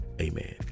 Amen